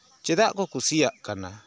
ᱪᱮᱫᱟᱜ ᱠᱚ ᱠᱩᱥᱤᱭᱟᱜ ᱠᱟᱱᱟ